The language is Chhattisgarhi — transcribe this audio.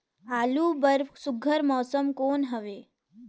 आलू बर सुघ्घर मौसम कौन हवे?